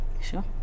sure